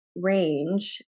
range